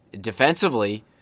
defensively